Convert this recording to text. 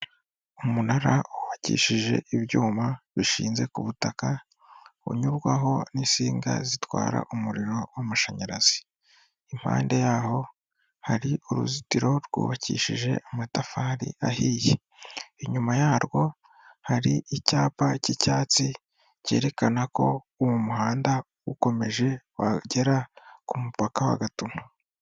Umunara wubakishije ibyuma bishinze ku butaka, unyurwaho n'insinga zitwara umuriro w'amashanyarazi. Impande yaho hari uruzitiro rwubakishije amatafari ahiye. Inyuma yarwo hari icyapa cy'icyatsi cyerekana ko uwo muhanda ukomeje wagera ku mupaka wa Gatuna.